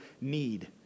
need